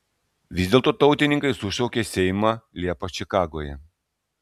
vis dėlto tautininkai sušaukė seimą liepą čikagoje